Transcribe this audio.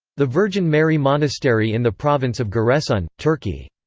the virgin mary monastery in the province of giresun, turkey.